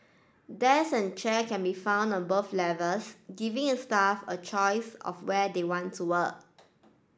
desk and chair can be found on both levels giving a staff a choice of where they want to work